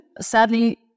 sadly-